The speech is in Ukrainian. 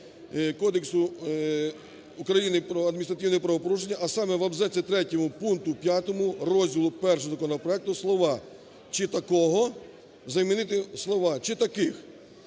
Кодексу України про адміністративні правопорушення, а саме в абзаці 3 пункту 5 розділу І законопроекту слова "чи такого"